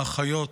לאחיות,